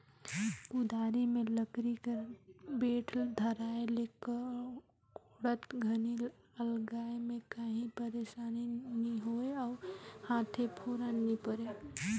कुदारी मे लकरी कर बेठ धराए ले कोड़त घनी अलगाए मे काही पइरसानी नी होए अउ हाथे फोरा नी परे